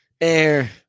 air